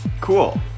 Cool